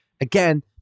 again